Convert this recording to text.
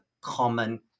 common